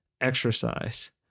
exercise